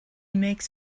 makes